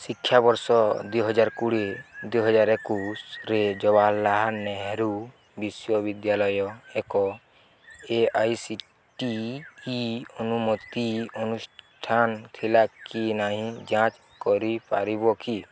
ଶିକ୍ଷାବର୍ଷ ଦୁଇ ହଜାର କୋଡ଼ିଏ ଦୁଇ ହଜାର ଏକୋଇଶିରେ ଜବାହରଲାଲ ନେହେରୁ ବିଶ୍ୱବିଦ୍ୟାଲୟ ଏକ A I C T E ଅନୁମୋଦି ଅନୁଷ୍ଠାନ ଥିଲା କି ନାହିଁ ଯାଞ୍ଚ କରିପାରିବ କି